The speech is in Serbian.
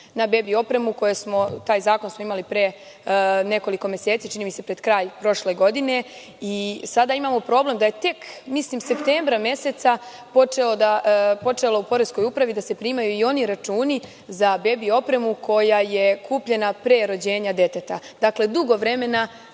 na bebi opremu, taj zakon smo imali pre nekoliko meseci, čini mi se pred kraj prošle godine i sada imamo problem da je tek, mislim septembra meseca počelo u poreskoj upravi da se primaju i oni računi za bebi opremu koja je kupljena pre rođenja deteta. Dakle, dugo vremena